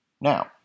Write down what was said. Now